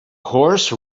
horse